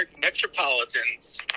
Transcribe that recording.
Metropolitans